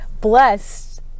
blessed